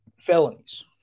felonies